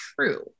true